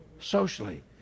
socially